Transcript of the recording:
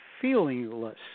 feelingless